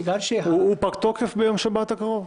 הוא פג תוקף ביום שבת הקרוב?